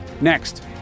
Next